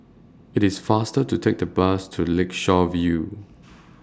IT IS faster to Take The Bus to Lakeshore View